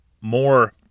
more